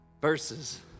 Verses